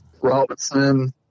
Robinson